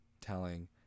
telling